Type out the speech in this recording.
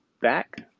back